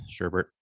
Sherbert